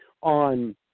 on